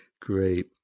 great